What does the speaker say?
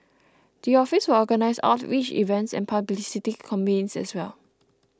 the office will organise outreach events and publicity campaigns as well